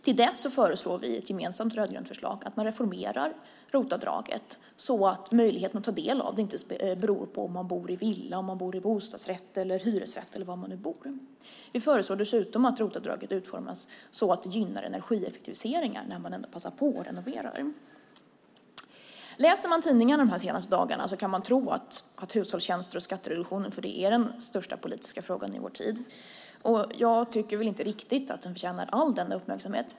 Till dess föreslår vi i ett gemensamt rödgrönt förslag att man reformerar ROT-avdraget så att möjligheten att ta del av det inte beror på om man bor i villa, bostadsrätt, hyresrätt eller vad man nu bor i. Vi föreslår dessutom att ROT-avdraget utformas så att det gynnar energieffektiviseringar när man ändå passar på att renovera. Har man läst tidningarna de senaste dagarna kan man tro att skattereduktionen för hushållstjänster är den största politiska frågan i vår tid. Jag tycker väl inte riktigt att den förtjänar all denna uppmärksamhet.